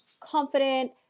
confident